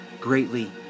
greatly